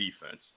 defense